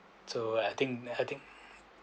so I think I think